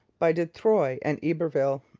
by de troyes and iberville.